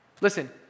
Listen